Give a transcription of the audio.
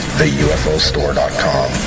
theufostore.com